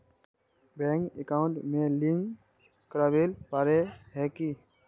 Bank account में link करावेल पारे है की?